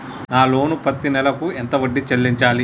నా లోను పత్తి నెల కు ఎంత వడ్డీ చెల్లించాలి?